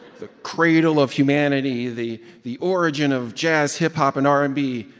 the cradle of humanity, the the origin of jazz, hip hop and r and b,